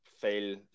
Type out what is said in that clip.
fail